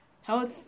health